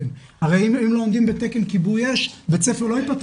הרי אם לא עומדים בתקן כיבוי אש בית ספר לא ייפתח.